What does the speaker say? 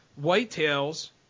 whitetails